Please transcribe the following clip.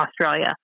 Australia